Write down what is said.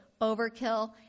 overkill